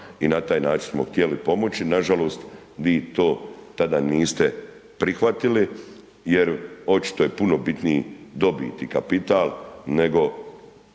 i na taj način smo htjeli pomoći, nažalost vi to tada niste prihvatili jer očito je puno bitniji dobit i kapital nego